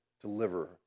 deliver